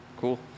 Cool